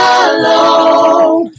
alone